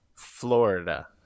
Florida